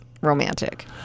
romantic